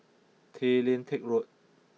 Tay Lian Teck Road